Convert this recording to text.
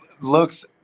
looks